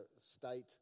state